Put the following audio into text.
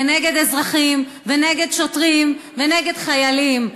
ונגד אזרחים ונגד שוטרים ונגד חיילים,